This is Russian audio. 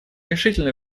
решительно